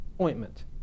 ointment